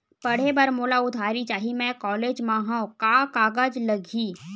पढ़े बर मोला उधारी चाही मैं कॉलेज मा हव, का कागज लगही?